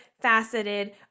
faceted